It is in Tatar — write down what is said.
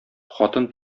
хатын